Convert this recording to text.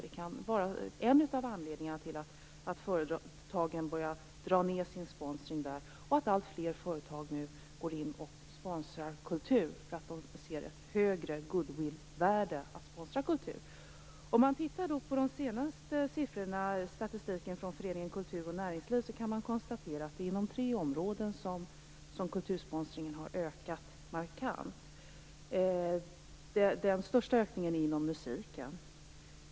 Det kan vara en av anledningarna till att företagen börjar dra ned sin sponsring av idrott och till att alltfler företag går in och sponsrar kultur. De ser ett högre goodwillvärde i att sponsra kultur. Om man tittar på de senaste siffrorna i statistiken från föreningen Kultur och näringsliv, kan man konstatera att det är inom tre områden som kultursponsringen har ökat markant. Den största ökningen är inom musiken.